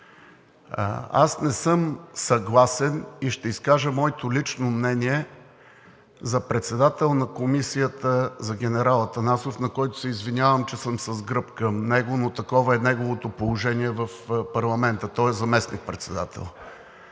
Аз не съм съгласен и ще изкажа моето лично мнение за председател на Комисията за генерал Атанасов, на който се извинявам, че съм с гръб към него, но такова е неговото положение в парламента – той е заместник-председател.